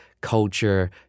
culture